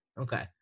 Okay